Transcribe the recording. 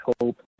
hope